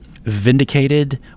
vindicated